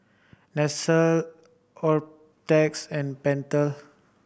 Nestle Optrex and Pentel